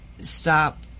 stop